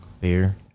beer